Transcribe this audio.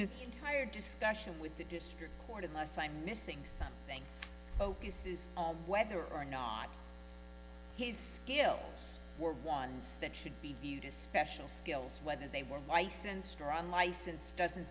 entire discussion with the district court unless i'm missing something focuses on whether or not his skill were ones that should be viewed as special skills whether they were licensed or on license doesn't